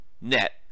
net